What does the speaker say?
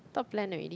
thought plan already